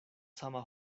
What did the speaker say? sama